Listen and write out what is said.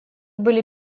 были